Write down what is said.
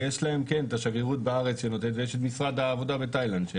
ויש להם את השגרירות בארץ ויש את משרד העבודה בתאילנד.